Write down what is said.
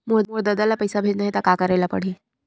मोर ददा ल पईसा भेजना हे त का करे ल पड़हि?